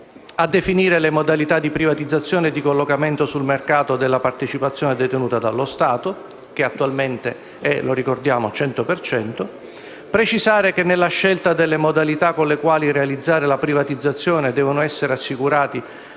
a: definire le modalità di privatizzazione e di collocamento sul mercato della partecipazione detenuta dallo Stato, che attualmente è pari al 100 per cento; precisare che, nella scelta delle modalità con le quali realizzare la privatizzazione, devono essere assicurati